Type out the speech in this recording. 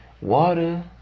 water